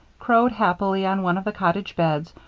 crowed happily on one of the cottage beds,